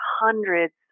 hundreds